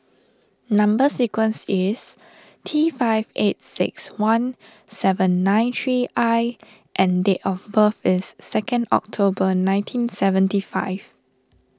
Number Sequence is T five eight six one seven nine three I and date of birth is second October nineteen seventy five